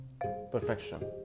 perfection